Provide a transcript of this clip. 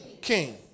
king